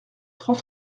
trois